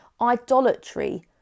idolatry